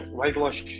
whitewash